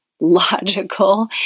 logical